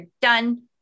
done